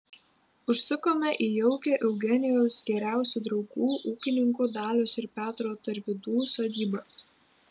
užsukome į jaukią eugenijaus geriausių draugų ūkininkų dalios ir petro tarvydų sodybą